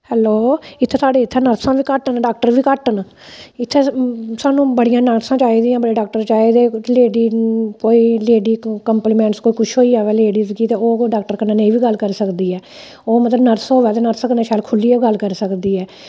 hello इत्थै साढ़े इत्थै नर्सां बी घट्ट न डाक्टर बी घट्ट न इत्थें सानूं बड़ियां नर्सां चाहिदियां बड़े डाक्टर चाहिदे लेडी कोई लेडी कम्पलीमैंटस कोई कुछ होई जावै लेडी गी ते ओह् कोई डाक्टर कन्नै नेईं बी गल्ल करी सकदी ऐ ओह् मतलब नर्स होऐ ते नर्स कन्नै शैल खुल्लियै गल्ल करी सकदी ऐ